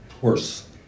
worse